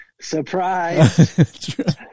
surprise